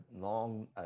long